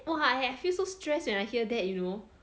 !wah! I feel so stressed when I hear that you know